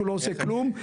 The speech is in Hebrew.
שהוא לא עושה כלום.